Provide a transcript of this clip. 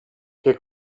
che